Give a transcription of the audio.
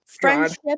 friendship